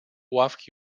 ławki